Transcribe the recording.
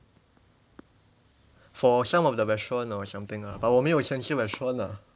for some of the restaurants or something ah but 我没有钱去 restaurant ah